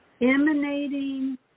emanating